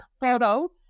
photo